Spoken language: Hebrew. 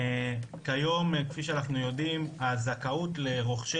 כיום כפי שאנחנו יודעים הזכאות לרוכשי